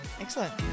Excellent